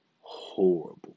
horrible